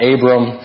Abram